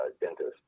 dentist